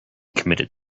committed